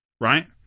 right